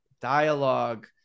dialogue